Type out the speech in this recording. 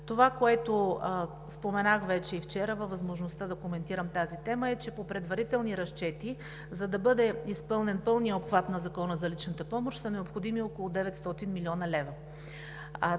Това, което споменах и вчера във възможността да коментирам темата, е, че по предварителни разчети, за да бъде изпълнен пълният обхват на Закона за личната помощ, са необходими около 900 млн. лв.